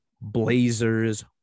Blazers